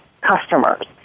customers